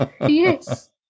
yes